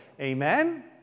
Amen